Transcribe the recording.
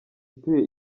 utuye